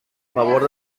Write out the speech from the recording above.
favor